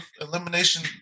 elimination